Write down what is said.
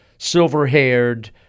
silver-haired